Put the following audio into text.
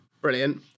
brilliant